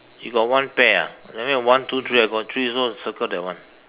you got one pair ah that mean one two three I got three also circle that one